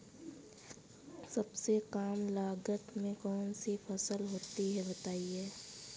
सबसे कम लागत में कौन सी फसल होती है बताएँ?